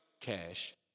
cash